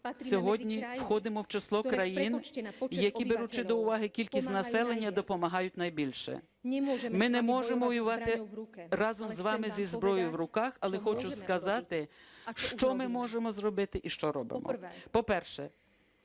сьогодні входимо в число країн, які, беручи до уваги кількість населення, допомагають найбільше. Ми не можемо воювати разом з вами зі зброєю в руках, але хочу сказати, що ми можемо зробити і що робимо. По-перше,